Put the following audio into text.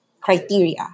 criteria